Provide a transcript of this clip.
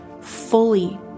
fully